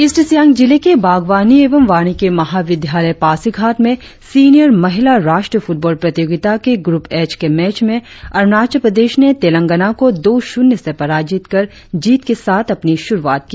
east Siang जिले के बागवानी एवं वानिकी महाविद्यालय पासीघाट में सीनियर महिला राष्ट्रीय फुटबॉल प्रतियोगिता के ग्रूप एच के मैच में अरुणाचल प्रदेश ने तेलंगाना को दो शुन्य से पराजित कर जीत के साथ अपनी शुरुआत की